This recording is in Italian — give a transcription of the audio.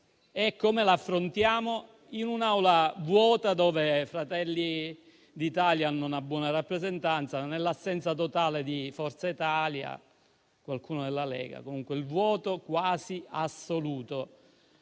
E come l'affrontiamo? In un'Aula vuota, dove Fratelli d'Italia ha una buona rappresentanza, nell'assenza totale di Forza Italia e con qualcuno della Lega; comunque il vuoto quasi assoluto.